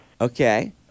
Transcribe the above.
Okay